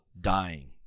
dying